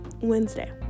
Wednesday